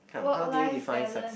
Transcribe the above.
work life balance